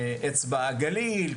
אצבע הגליל,